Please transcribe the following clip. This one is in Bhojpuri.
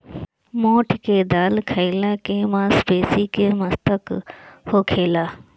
मोठ के दाल खाईला से मांसपेशी के मरम्मत होखेला